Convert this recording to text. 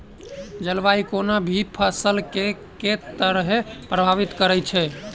जलवायु कोनो भी फसल केँ के तरहे प्रभावित करै छै?